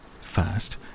First